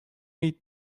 need